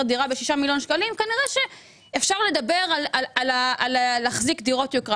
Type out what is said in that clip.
ולשיפור דירה ב-6 מיליון ₪- אפשר לדבר לגביו על החזקת דירות יוקרה.